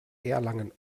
erlangen